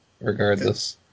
regardless